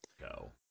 go